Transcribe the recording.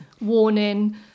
warning